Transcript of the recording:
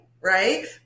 right